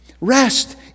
rest